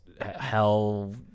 hell